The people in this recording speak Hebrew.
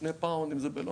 בשני פאונד אם זה בלונדון.